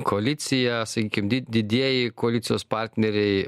koalicija sakykim di didieji koalicijos partneriai